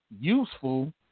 useful